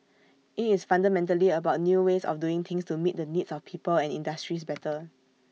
IT is fundamentally about new ways of doing things to meet the needs of people and industries better